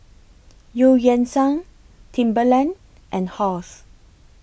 EU Yan Sang Timberland and Halls